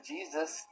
Jesus